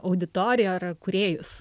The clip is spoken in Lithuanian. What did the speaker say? auditoriją ar kūrėjus